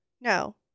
No